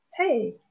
Hey